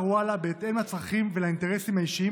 וואלה בהתאם לצרכים ולאינטרסים האישיים,